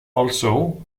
also